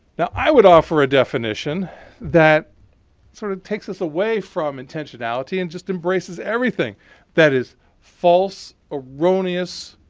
now i would offer a definition that sort of takes us away from intentionality and just embraces everything that is false, erroneous,